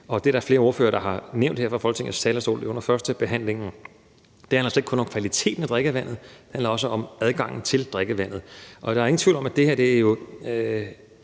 og det er der flere ordførere der har nævnt fra Folketingets talerstol her under førstebehandlingen. Det handler slet ikke kun om kvaliteten af drikkevandet; det handler også om adgangen til drikkevandet. Der er ingen tvivl om, at det her jo er en